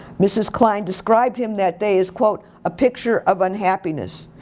mrs. klein described him that day as quote, a picture of unhappiness.